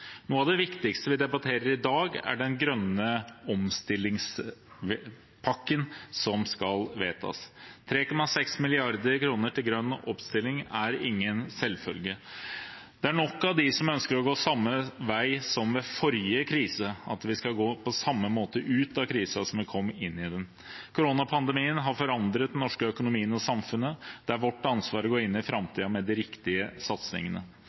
viktigste vi debatterer i dag, er den grønne omstillingspakken som skal vedtas. 3,6 mrd. kr til grønn omstilling er ingen selvfølge. Det er nok av dem som ønsker å gå samme vei som ved forrige krise, og at vi skal gå ut av krisen på samme måte som vi kom inn i den. Koronapandemien har forandret den norske økonomien og samfunnet, og det er vårt ansvar å gå inn i framtiden med de riktige satsingene.